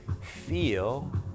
Feel